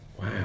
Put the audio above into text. Wow